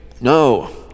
No